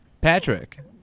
Patrick